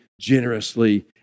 generously